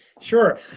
Sure